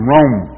Rome